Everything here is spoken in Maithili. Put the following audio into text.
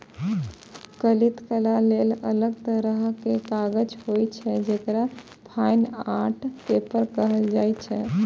ललित कला लेल अलग तरहक कागज होइ छै, जेकरा फाइन आर्ट पेपर कहल जाइ छै